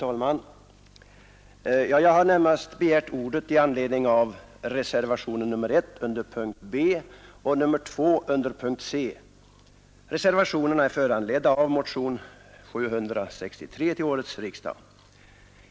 Herr talman! Jag har närmast begärt ordet i anledning av reservationen 1 under punkt B och reservationen 2 under punkt C. Reservationerna är föranledda av motionen 763 till årets riksdag.